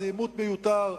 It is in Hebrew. זה עימות מיותר,